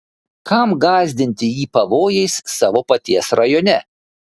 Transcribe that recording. kam gąsdinti jį pavojais savo paties rajone